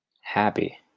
happy